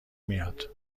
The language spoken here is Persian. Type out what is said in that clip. میاد